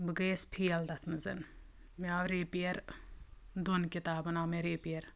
بہٕ گٔیَس فیل تَتھ منٛزَ مےٚ آو ریٚپیر دۄن کِتابَن آو مےٚ ریٚپیر